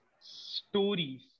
stories